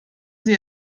sie